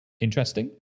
interesting